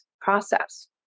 process